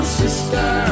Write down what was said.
sister